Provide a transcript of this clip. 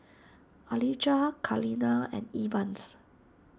Alijah Kaleena and Evans